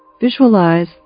Visualize